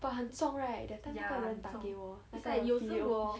but 很重 right that time 那个人打给我那个 period